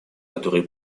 которые